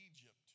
Egypt